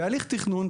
בהליך תכנון,